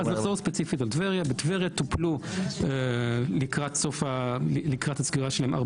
אז נחזור ספציפית על טבריה: לקראת הסגירה שלהם,